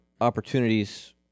opportunities